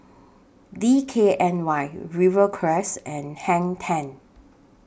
D K N Y Rivercrest and Hang ten